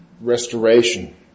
restoration